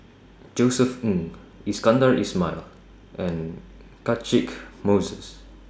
Josef Ng Iskandar Ismail and Catchick Moses